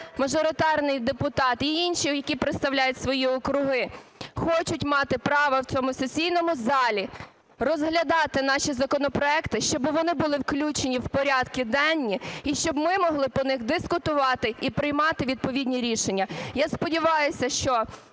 мажоритарний депутат і інші, які представляють свої округи, хочуть мати право в цьому сесійному залі розглядати наші законопроекти, щоб вони були включені в порядки денні і щоб ми могли по них дискутувати і приймати відповідні рішення. Я сподіваюся, що